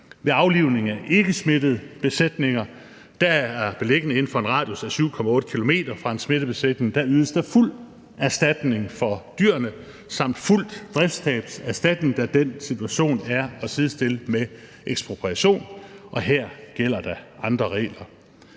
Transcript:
Ved aflivningen af ikkesmittede besætninger, der er beliggende inden for en radius af 7,8 km fra en smittet besætning, ydes der fuld erstatning for dyrene samt fuld driftstabserstatning, da den situation er at sidestille med ekspropriation, og her gælder der andre regler.